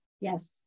yes